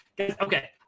Okay